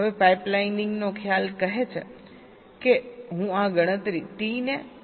હવે પાઇપલાઇનિંગ નો ખ્યાલ કહે છે કે હું આ ગણતરી T ને કેટલાક ભાગોમાં વિભાજીત કરી રહ્યો છું